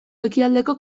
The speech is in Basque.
ekialdeko